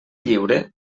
lliure